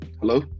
hello